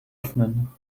öffnen